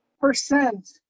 percent